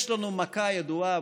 יש לנו מכה ידועה,